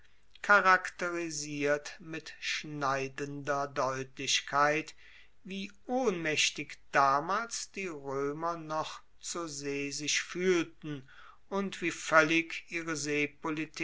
charakterisiert mit schneidender deutlichkeit wie ohnmaechtig damals die roemer noch zur see sich fuehlten und wie voellig ihre